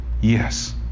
yes